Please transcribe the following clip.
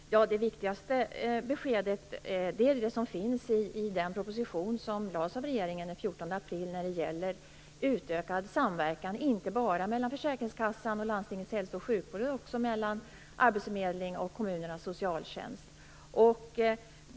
Fru talman! Det viktigaste beskedet är det som finns i den proposition som lades fram av regeringen den 14 april när det gäller utökad samverkan, inte bara mellan försäkringskassan och landstingets hälsooch sjukvård utan också mellan arbetsförmedling och kommunernas socialtjänst.